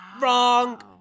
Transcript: Wrong